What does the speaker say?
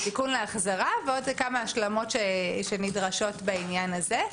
הוא תיקון להחזרה ולעוד כמה השלמות שנדרשות בעניין הזה.